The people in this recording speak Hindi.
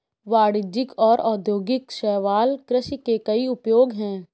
वाणिज्यिक और औद्योगिक शैवाल कृषि के कई उपयोग हैं